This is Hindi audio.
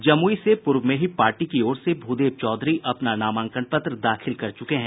जमुई से पूर्व में ही पार्टी की ओर से भूदेव चौधरी अपना नामांकन पत्र दाखिल कर चुके हैं